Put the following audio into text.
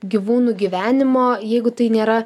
gyvūnų gyvenimo jeigu tai nėra